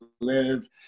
live